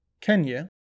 Kenya